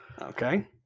Okay